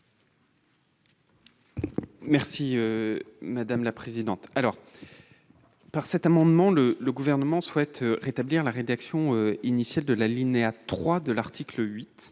est à M. le ministre. Par cet amendement, le Gouvernement souhaite rétablir la rédaction initiale de l'alinéa 3 de l'article 8,